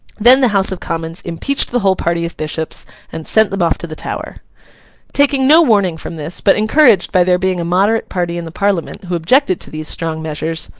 then the house of commons impeached the whole party of bishops and sent them off to the tower taking no warning from this but encouraged by there being a moderate party in the parliament who objected to these strong measures,